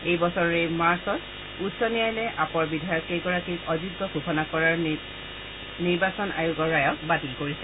এই বছৰৰে মাৰ্চত উচ্চ ন্যায়ালয়ে আপৰ বিধায়ক কেইগৰাকীক অযোগ্য ঘোষণা কৰাৰ নিৰ্বাচন আয়োগৰ ৰায়ক বাতিল কৰিছিল